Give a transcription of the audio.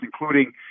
including